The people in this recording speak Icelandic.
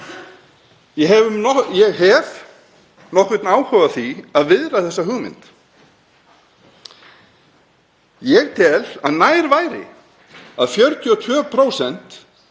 Ég hef nokkurn áhuga á því að viðra þessa hugmynd. Ég tel að nær væri að 42%